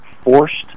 forced